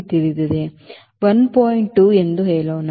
2 ಎಂದು ಹೇಳೋಣ